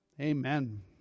Amen